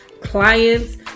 clients